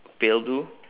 pale blue